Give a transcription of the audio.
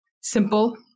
simple